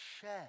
share